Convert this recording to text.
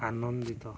ଆନନ୍ଦିତ